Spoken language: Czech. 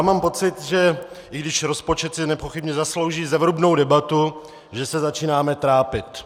Mám pocit, že i když rozpočet si nepochybně zaslouží zevrubnou debatu, že se začínáme trápit.